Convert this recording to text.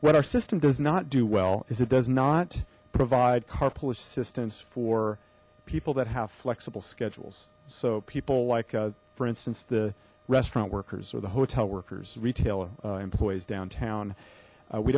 what our system does not do well is it does not provide car polish assistance for people that have flexible schedules so people like for instance the restaurant workers or the hotel workers retail employees downtown